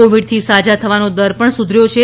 કોવીડથી સાજા થવાનો દર પણ સુધર્યો છે